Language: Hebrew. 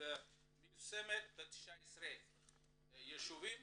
מיושמת ב-19 ישובים,